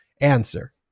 Answer